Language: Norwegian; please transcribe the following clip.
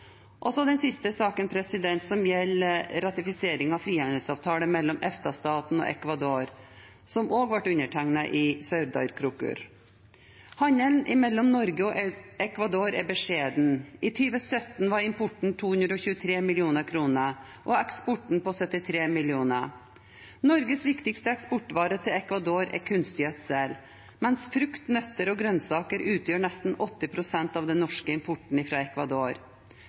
Den siste saken gjelder ratifisering av frihandelsavtalen mellom EFTA-statene og Equador, som også ble undertegnet i Sauðárkrókur. Handelen mellom Norge og Equador er beskjeden. I 2017 var importen på 223 mill. kr og eksporten på 73 mill. kr. Norges viktigste eksportvare til Equador er kunstgjødsel, mens frukt, nøtter og grønnsaker utgjør nesten 80 pst. av den norske importen